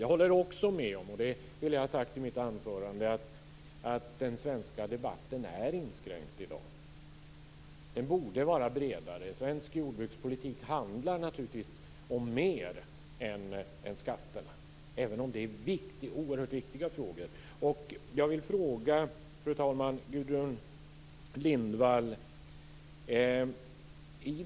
Jag håller också med om, vilket jag skulle ha sagt i mitt anförande, att den svenska debatten i dag är inskränkt och att den borde vara bredare. Svensk jordbrukspolitik handlar naturligtvis om mer än skatterna, även om det är oerhört viktiga frågor. Fru talman!